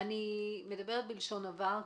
אני מדברת בלשון עבר,